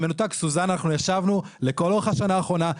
סוזן, אנחנו ישבנו לכל אורך השנה האחרונה.